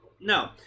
no